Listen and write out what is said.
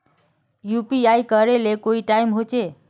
UPI करे ले कोई टाइम होचे?